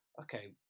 okay